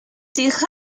hija